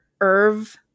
Irv